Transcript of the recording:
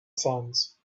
sands